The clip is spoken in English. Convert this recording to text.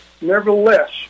Nevertheless